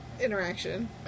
Interaction